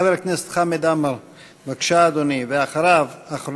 חבר הכנסת חמד עמאר, בבקשה, אדוני.